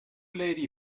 lady